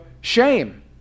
shame